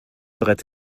brett